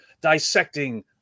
dissecting